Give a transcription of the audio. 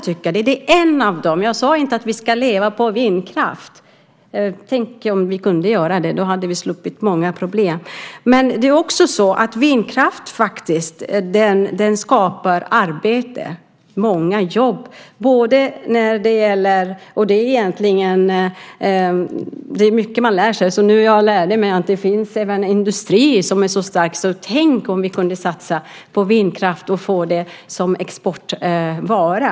Vindkraften är en av dem. Jag sade inte att vi ska leva på vindkraft. Tänk om vi kunde göra det! Då hade vi sluppit många problem. Men vindkraft skapar faktiskt också arbete, många jobb. Det är mycket man lär sig. Nu lärde jag mig att det även finns en stark industri. Tänk om vi kunde satsa på vindkraft och få den som exportvara!